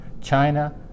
China